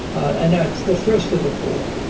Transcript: and it's the first of the four.